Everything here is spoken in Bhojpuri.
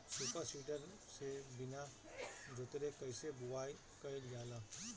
सूपर सीडर से बीना जोतले कईसे बुआई कयिल जाला?